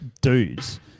dudes